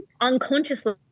unconsciously